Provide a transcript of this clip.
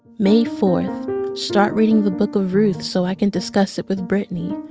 may four start reading the book of ruth so i can discuss it with brittany.